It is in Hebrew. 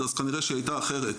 אז כנראה שהיא הייתה אחרת.